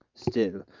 still